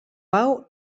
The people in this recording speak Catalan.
pau